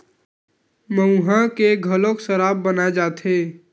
मउहा के घलोक सराब बनाए जाथे